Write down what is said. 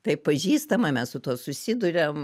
taip pažįstama mes su tuo susiduriam